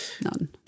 none